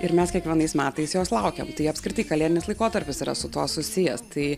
ir mes kiekvienais metais jos laukiam tai apskritai kalėdinis laikotarpis yra su tuo susijęs tai